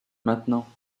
maintenant